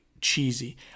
cheesy